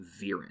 Viren